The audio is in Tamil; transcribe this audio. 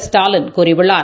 ஸ்டாலின் கூறியுள்ளார்